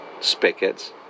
spigots